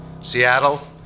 Seattle